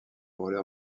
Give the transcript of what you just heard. roller